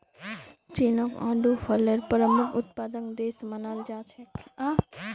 चीनक आडू फलेर प्रमुख उत्पादक देश मानाल जा छेक